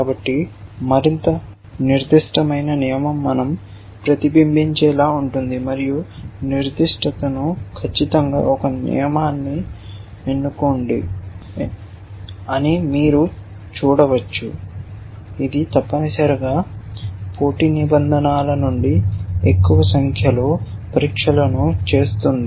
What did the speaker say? కాబట్టి మరింత నిర్దిష్టమైన నియమం మనం ప్రతిబింబించేలా ఉంటుంది మరియు నిర్దిష్టతను ఖచ్చితంగా ఒక నియమాన్ని ఎన్నుకోండి అని మీరు చూడవచ్చు ఇది తప్పనిసరిగా పోటీ నిబంధనల నుండి ఎక్కువ సంఖ్యలో పరీక్షలను చేస్తుంది